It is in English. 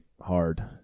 hard